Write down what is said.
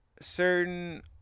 certain